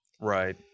Right